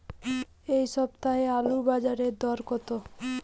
এ সপ্তাহে আলুর বাজার দর কত?